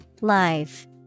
Live